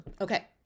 Okay